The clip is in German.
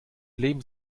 leben